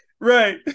Right